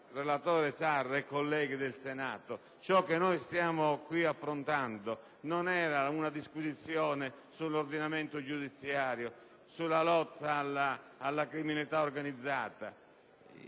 Relatore Sarro e colleghi del Senato, ciò che stiamo affrontando non è una disquisizione sull'ordinamento giudiziario e sulla lotta alla criminalità organizzata.